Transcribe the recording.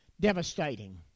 devastating